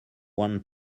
one